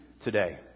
today